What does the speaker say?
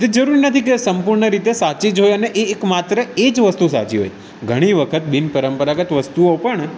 જે જરૂરી નથી કે સંપૂર્ણ રીતે સાચી જ હોય અને એક માત્ર એ જ વસ્તુ સાચી હોય ઘણી વખત બિન પરંપરાગત વસ્તુઓ પણ